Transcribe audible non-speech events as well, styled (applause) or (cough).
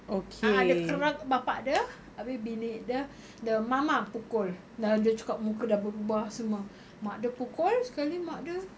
a'ah dia (noise) bapa dia abeh bini dia the mama pukul dah dia cakap muka dia dah berubah semua mak dia pukul sekali mak dia